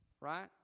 right